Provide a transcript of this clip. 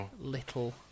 little